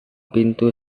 pintu